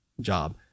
job